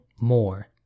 more